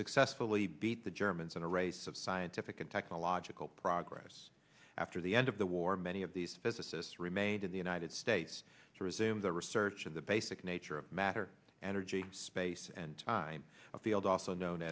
successfully beat the germans in a race of scientific and technological progress after the end of the war many of these physicists remained in the united states to resume their research of the basic nature of matter energy space and time field also known